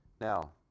Now